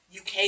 UK